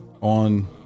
on